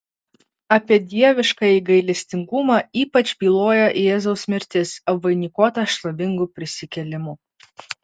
apie dieviškąjį gailestingumą ypač byloja jėzaus mirtis apvainikuota šlovingu prisikėlimu